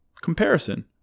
Comparison